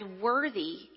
worthy